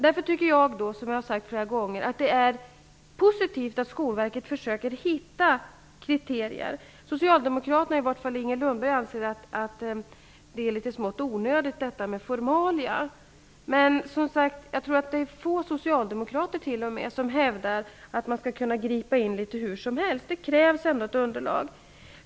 Därför tycker jag, som jag har sagt flera gånger, att det är positivt att Skolverket försöker hitta kriterier. anser att det är smått onödigt med formalia, men jag tror att få socialdemokrater hävdar att man skall kunna gripa in hur som helst. Det krävs ett underlag.